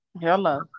Hello